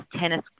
tennis